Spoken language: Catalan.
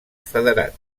federat